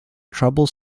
trouble